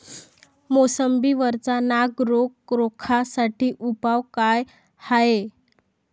मोसंबी वरचा नाग रोग रोखा साठी उपाव का हाये?